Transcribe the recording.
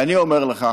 ואני אומר לך,